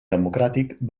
democràtic